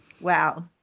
wow